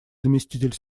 заместитель